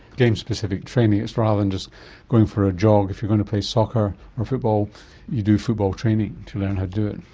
getting specific training, it's rather than just going for a jog, if you're going to play soccer or football you do football training to learn how to do it.